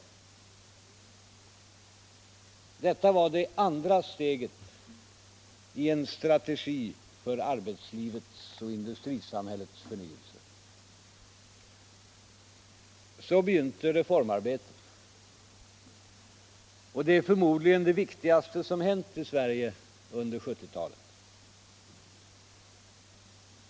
Detta var det andra steget i en strategi för arbetslivets och industrisamhällets förnyelse. Så begynte reformarbetet, och det är förmodligen det viktigaste som har hänt i Sverige under 1970-talet.